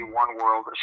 one-world